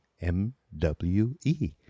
M-W-E